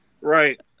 Right